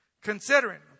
considering